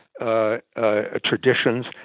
traditions